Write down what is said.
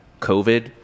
COVID